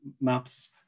maps